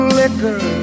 liquor